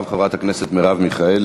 אחריו, חברת הכנסת מרב מיכאלי,